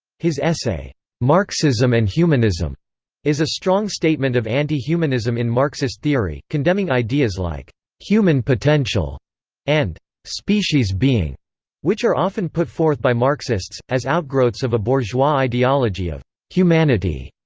his essay marxism and humanism is a strong statement of anti-humanism in marxist theory, condemning ideas like human potential and species-being, which are often put forth by marxists, as outgrowths of a bourgeois ideology of humanity.